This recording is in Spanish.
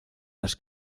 las